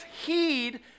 heed